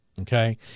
Okay